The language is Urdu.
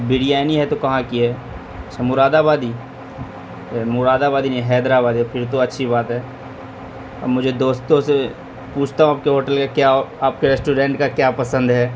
بریانی ہے تو کہاں کی ہے اچھا مراد آبادی مراد آبادی نہیں حیدر آبادی ہے پھر تو اچھی بات ہے مجھے دوستوں سے پوچھتا ہوں کہ ہوٹل کا کیا آپ کے ریسٹورنٹ کا کیا پسند ہے